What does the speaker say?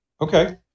okay